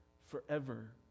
forever